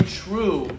true